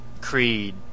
Creed